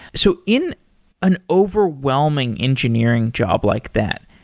so, in an overwhelming engineering job like that,